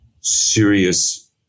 serious